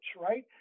right